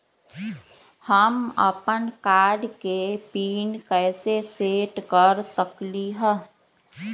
हम अपन कार्ड के पिन कैसे सेट कर सकली ह?